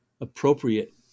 appropriate